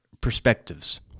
perspectives